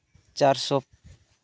ᱪᱟᱨᱥᱚ